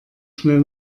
schnell